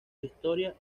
historia